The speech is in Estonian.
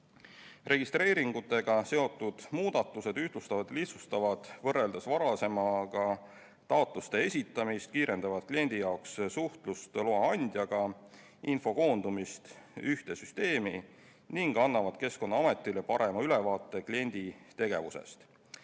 Registreeringutega seotud muudatused ühtlustavad ja lihtsustavad võrreldes varasemaga taotluste esitamist, kiireneb kliendi suhtlus loa andjaga, info koondub ühte süsteemi ning Keskkonnaametil on parem ülevaade kliendi tegevusest.